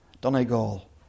Donegal